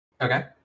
Okay